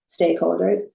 stakeholders